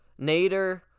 Nader